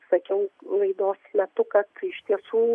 sakiau laidos metu kad iš tiesų